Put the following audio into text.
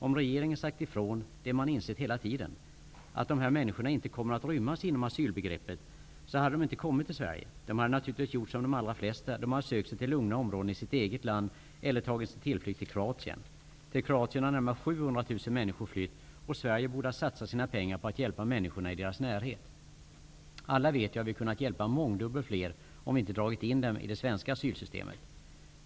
Om regeringen hade sagt ifrån -- det man insett hela tiden -- att dessa människor inte kommer att rymmas inom asylbegreppet, hade de inte kommit till Sverige. De hade naturligtvis gjort som de allra flesta. De skulle ha sökt sig till lugna områden i sitt eget land eller tagit sin tillflykt till Närmare 700 000 människor har flytt till Kroatien. Sverige borde ha satsat sina pengar på att hjälpa människorna i deras egen närhet. Alla vet ju att vi hade kunnat hjälpa mångdubbelt fler om vi inte hade dragit in dem i det svenska asylsystemet.